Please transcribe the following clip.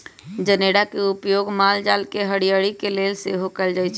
जनेरा के उपयोग माल जाल के हरियरी के लेल सेहो कएल जाइ छइ